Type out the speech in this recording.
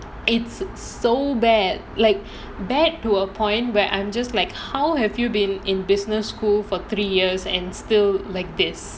it's so bad like bad to a point where I'm just like how have you been in business school for three years and still like this